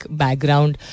background